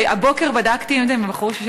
קודם כול, אני שמחה לברך את